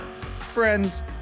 Friends